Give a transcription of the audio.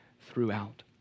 throughout